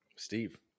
Steve